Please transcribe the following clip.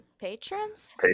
patrons